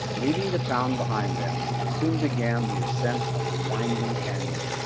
leaving the town behind them, they soon began the ascent of a winding canyon.